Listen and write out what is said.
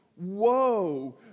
Woe